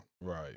Right